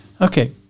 Okay